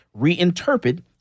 reinterpret